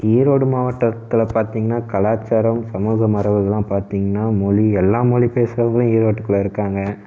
ஈரோடு மாவட்டத்தில் பாத்திங்கனா கலாச்சாரம் சமூக மரபுகளெலாம் பாத்திங்கனா மொழி எல்லா மொழி பேசுகிறவங்களும் ஈரோட்டுக்குள்ளே இருக்காங்க